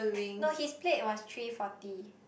no his plate was three forty